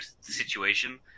situation